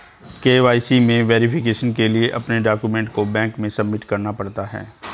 KYC में verification के लिए अपने डाक्यूमेंट को बैंक में सबमिट करना पड़ता है